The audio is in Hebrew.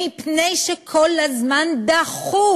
מפני שכל הזמן דחו